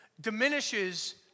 diminishes